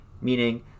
meaning